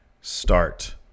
start